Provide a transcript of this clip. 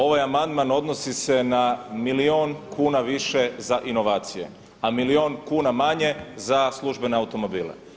Ovaj amandman odnosi se na milijun kuna više za inovacije, a milijun kuna manje za službene automobile.